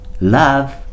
love